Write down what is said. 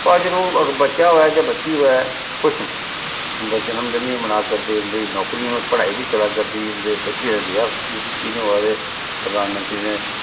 अज्ज लोक बच्चा होऐ जां बच्ची होऐ खुश न उं'दा जनम दिन बी मनाऽ करदे उं'दी नौकरी होऐ पढ़ाई बी चला करदी उं'दे बच्चें दी ब्याह् बी खुशी खुशी नै होआ दे प्रधानमंत्री ने